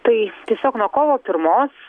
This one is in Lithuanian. tai tiesiog nuo kovo pirmos